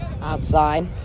Outside